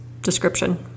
description